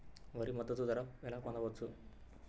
వరి మద్దతు ధర ఎలా పొందవచ్చు?